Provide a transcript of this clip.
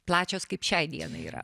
plačios kaip šiai dienai yra